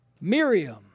Miriam